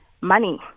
money